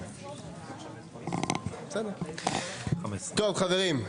בשעה 10:23.) טוב חברים,